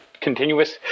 continuous